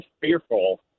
fearful